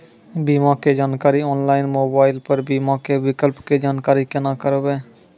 बीमा के जानकारी ऑनलाइन मोबाइल पर बीमा के विकल्प के जानकारी केना करभै?